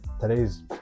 today's